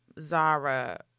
Zara